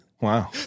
wow